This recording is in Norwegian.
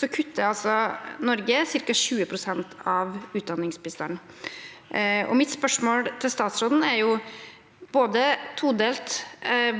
på, kutter altså Norge ca. 20 pst. av utdanningsbistanden. Mitt spørsmål til statsråden er todelt: